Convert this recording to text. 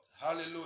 Hallelujah